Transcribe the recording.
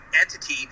entity